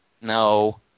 No